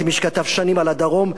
כמי שכתב שנים על הדרום,